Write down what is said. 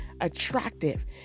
attractive